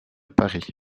paris